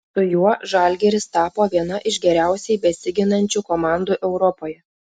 su juo žalgiris tapo viena iš geriausiai besiginančių komandų europoje